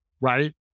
right